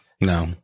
No